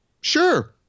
Sure